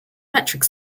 metric